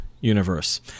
Universe